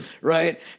Right